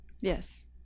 Yes